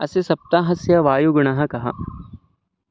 अस्य सप्ताहस्य वायुगुणः कः